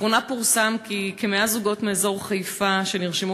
לאחרונה פורסם כי כ-100 זוגות מאזור חיפה שנרשמו